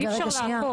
רגע שנייה,